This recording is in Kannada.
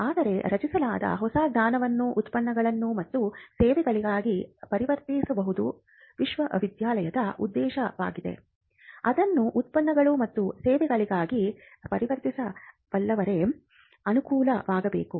ಆದರೆ ರಚಿಸಲಾದ ಹೊಸ ಜ್ಞಾನವನ್ನು ಉತ್ಪನ್ನಗಳು ಮತ್ತು ಸೇವೆಗಳಾಗಿ ಪರಿವರ್ತಿಸುವುದು ವಿಶ್ವವಿದ್ಯಾಲಯದ ಉದ್ದೇಶವಾಗಿದ್ದರೆ ಅದನ್ನು ಉತ್ಪನ್ನಗಳು ಮತ್ತು ಸೇವೆಗಳಾಗಿ ಪರಿವರ್ತಿಸಬಲ್ಲವರಿಗೆ ಅನುಕೂಲವಾಗಬೇಕು